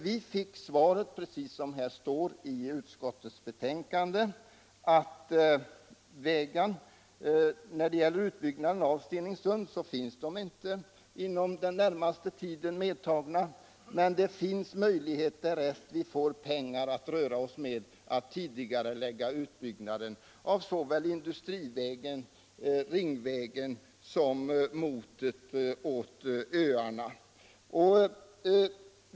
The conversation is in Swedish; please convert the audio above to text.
Vi fick svaret, som här står i utskottets betänkande, att när det gäller utbyggnaden av vägarna i Stenungsund så finns den inte medtagen i planerna för den närmaste tiden. Med det finns möjligheter, därest vi får pengar att röra oss med, att tidigarelägga utbyggnaden av såväl Industrivägen och Ringvägen som vägarna mot öarna.